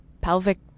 pelvic